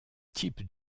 type